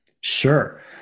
sure